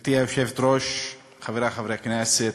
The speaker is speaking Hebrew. גברתי היושבת-ראש, חברי חברי הכנסת,